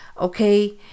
okay